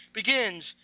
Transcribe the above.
begins